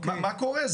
מה קורה?